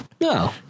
No